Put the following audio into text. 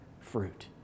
fruit